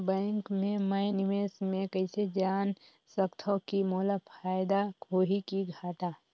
Bank मे मैं निवेश मे कइसे जान सकथव कि मोला फायदा होही कि घाटा?